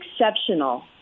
exceptional